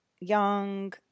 young